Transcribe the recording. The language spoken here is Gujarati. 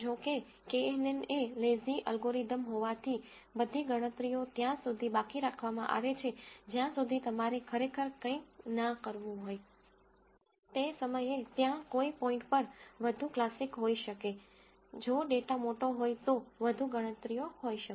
જો કે કેએનએન એ લેઝી અલ્ગોરિધમ હોવાથી બધી ગણતરીઓ ત્યાં સુધી બાકી રાખવામાં આવે છે જ્યાં સુધી તમારે ખરેખર કંઇ ના કરવું હોય તે સમયે ત્યાં કોઈ પોઈન્ટ' પર વધુ ક્લાસિક હોઈ શકે જો ડેટા મોટો હોય તો વધુ ગણતરીઓ હોઈ શકે